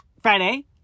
Friday